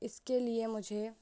इसके लिए मुझे